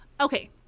okay